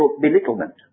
belittlement